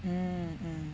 mm mm